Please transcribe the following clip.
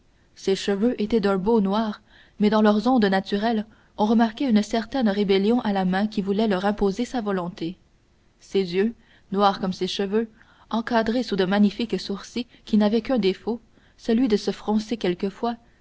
ses cheveux étaient d'un beau noir mais dans leurs ondes naturelles on remarquait une certaine rébellion à la main qui voulait leur imposer sa volonté ses yeux noirs comme ses cheveux encadrés sous de magnifiques sourcils qui n'avaient qu'un défaut celui de se froncer quelquefois